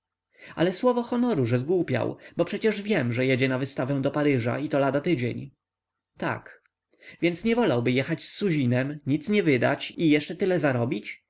ale słowo honoru że zgłupiał bo przecież wiem że jedzie na wystawę do paryża i to lada tydzień tak więc nie wolałby jechać z suzinem nic nie wydać i jeszcze tyle zarobić